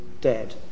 dead